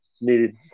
needed